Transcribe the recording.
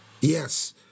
Yes